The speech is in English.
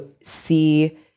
see